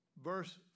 verse